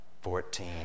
fourteen